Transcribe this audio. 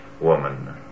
woman